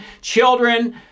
children